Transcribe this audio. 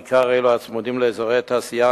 בעיקר אלו הצמודים לאזורי תעשייה,